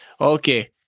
Okay